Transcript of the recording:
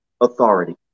Authority